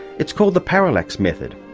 it's called the parallax method,